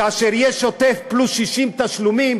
כאשר יש שוטף פלוס 60 בתשלומים,